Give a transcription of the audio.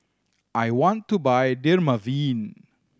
I want to buy Dermaveen